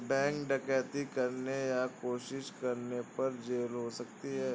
bank डकैती करने या कोशिश करने पर जेल हो सकती है